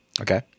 Okay